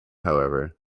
however